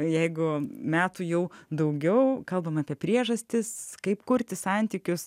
jeigu metų jau daugiau kalbame apie priežastis kaip kurti santykius